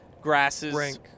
grasses